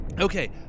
Okay